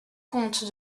compte